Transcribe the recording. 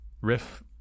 riff